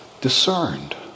discerned